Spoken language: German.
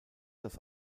das